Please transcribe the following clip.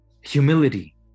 humility